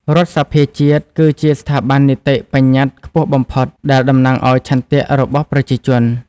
រដ្ឋសភាជាតិ គឺជាស្ថាប័ននីតិបញ្ញត្តិខ្ពស់បំផុតដែលតំណាងឱ្យឆន្ទៈរបស់ប្រជាជន។